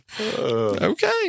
okay